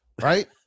right